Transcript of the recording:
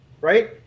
right